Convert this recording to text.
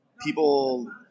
people –